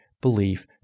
belief